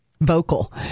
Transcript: Vocal